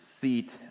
seat